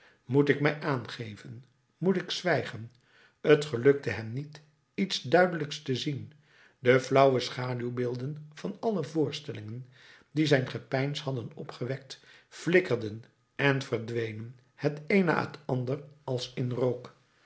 moet ik mij aangeven moet ik zwijgen t gelukte hem niet iets duidelijks te zien de flauwe schaduwbeelden van alle voorstellingen die zijn gepeins hadden opgewekt flikkerden en verdwenen het een na het ander als in rook